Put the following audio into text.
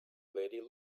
lady